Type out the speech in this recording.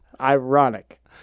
Ironic